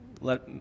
let